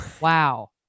Wow